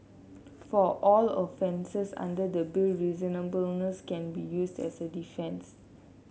for all offences under the Bill reasonableness can be used as a defence